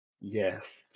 Yes